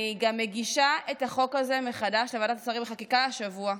אני גם מגישה את החוק הזה מחדש לוועדת השרים לחקיקה השבוע,